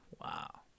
Wow